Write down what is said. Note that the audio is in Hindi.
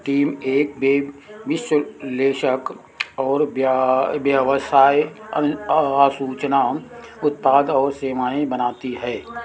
टीम एक वेब विश्लेषक और व्या व्यवसाय सूचना उत्पाद और सेवाएं बनाती है